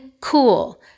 cool